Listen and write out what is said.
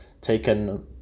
taken